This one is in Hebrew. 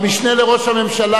המשנה לראש הממשלה,